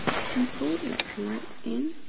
pupil let's light in.